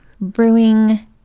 brewing